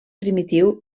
primitiu